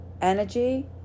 energy